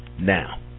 Now